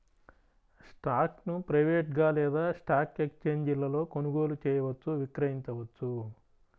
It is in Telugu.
స్టాక్ను ప్రైవేట్గా లేదా స్టాక్ ఎక్స్ఛేంజీలలో కొనుగోలు చేయవచ్చు, విక్రయించవచ్చు